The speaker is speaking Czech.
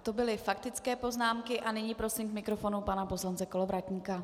To byly faktické poznámky a nyní prosím k mikrofonu pana poslance Kolovratníka.